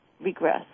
regress